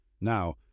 Now